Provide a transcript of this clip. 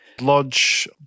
Lodge